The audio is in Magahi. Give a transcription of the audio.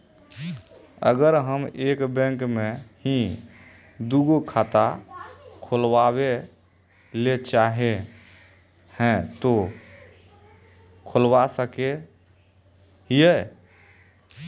अगर हम एक बैंक में ही दुगो खाता खोलबे ले चाहे है ते खोला सके हिये?